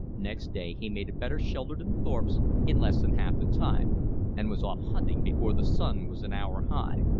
next day he made a better shelter than thorpe's in less than half the time and was off hunting before the sun was an hour high.